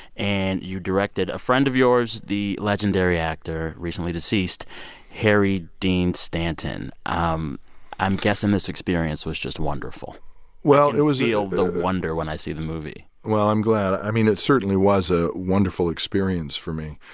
and you directed a friend of yours, the legendary actor, recently deceased harry dean stanton. um i'm guessing this experience was just wonderful well, it was a. i can feel the wonder when i see the movie well, i'm glad. i i mean, it certainly was a wonderful experience for me.